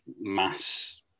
mass